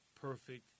perfect